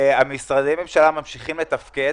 אבל משרדי הממשלה ממשיכים לתפקד.